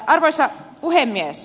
arvoisa puhemies